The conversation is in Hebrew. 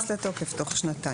זה ייכנס לתוקף תוך שנתיים.